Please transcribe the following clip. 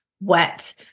wet